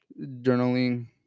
journaling